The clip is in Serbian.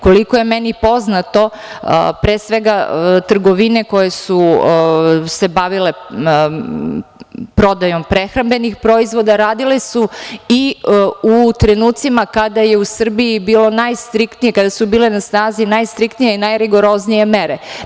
Koliko je meni poznato, pre svega, trgovine koje su se bavile prodajom prehrambenih proizvoda radile su i u trenucima kada je u Srbiji bilo najstriktnije, kada su bile na snazi najstriktnije i najrigoroznije mere.